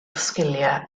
sgiliau